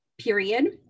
period